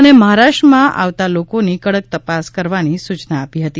અને મહારાષ્ર માં આવતા લોકોની કડક તપાસ કરવાની સૂચના આપી હતી